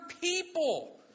people